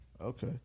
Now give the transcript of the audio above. Okay